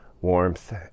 warmth